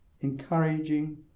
encouraging